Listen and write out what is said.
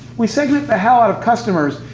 we segment the hell out of customers,